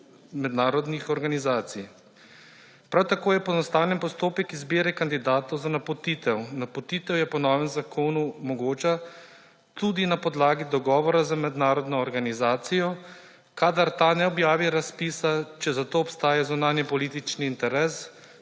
mednarodnih organizacij. Prav tako je poenostavljen postopek izbire kandidatov za napotitev. Napotitev se po novem zakonu mogoča tudi na podlagi dogovora z mednarodno organizacijo, kadar ta ne objavi razpisa, če obstaja zunanji politični interes